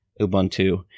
Ubuntu